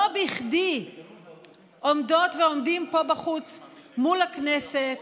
לא בכדי עומדות ועומדים פה בחוץ מול הכנסת,